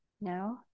No